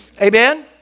Amen